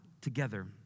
together